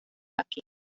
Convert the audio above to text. aquí